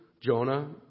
Jonah